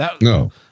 No